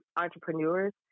entrepreneurs